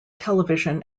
television